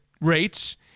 rates